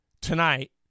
tonight